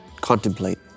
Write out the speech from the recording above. Contemplate